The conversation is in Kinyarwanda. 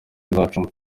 bizacamo